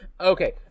okay